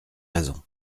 raison